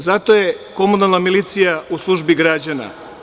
Zato je komunalna milicija u službi građana.